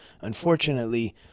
unfortunately